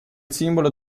simbolo